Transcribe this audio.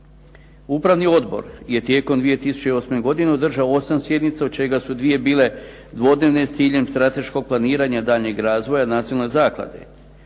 Upravni odbor je tijekom 2008. godine održao osam sjednica, od čega su dvije bile dvodnevne s ciljem strateškog planiranja daljnjeg razvoja nacionalne zaklade.